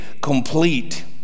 complete